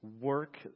work